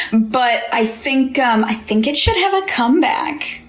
but i think um i think it should have a comeback.